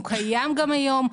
הוא קיים גם היום,